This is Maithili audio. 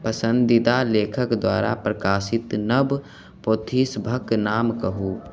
पसंदीदा लेखक द्वारा प्रकाशित नव पोथीसभक नाम कहू